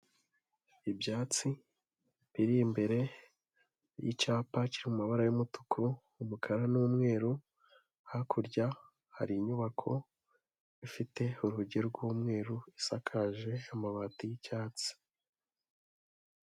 Ibyatsi biri imbere y'icyapa kiri mumabara y'umutuku, umukara n'umweru, hakurya hari inyubako, ifite urugi rw'umweru, isakaje amabati y'icyatsi.